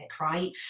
right